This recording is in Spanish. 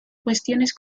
cuestiones